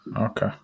okay